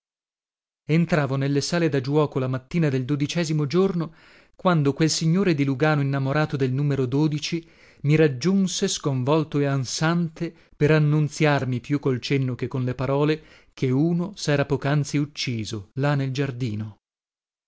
entravo nelle sale da giuoco la mattina del dodicesimo giorno quando quel signore di lugano innamorato del numero mi raggiunse sconvolto e ansante per annunziarmi più col cenno che con le parole che uno sera pocanzi ucciso là nel giardino